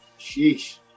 Sheesh